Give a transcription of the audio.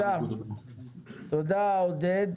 תודה עודד.